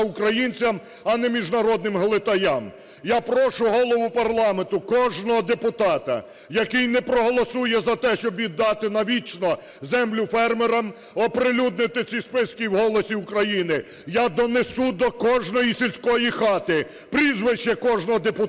українцям, а не міжнародним глитаям. Я прошу голову парламенту, кожного депутата, який не проголосує за те, щоб віддати навічно землю фермерам, оприлюднити ці списки в "Голосі України". Я донесу до кожної сільської хати прізвище кожного депутата,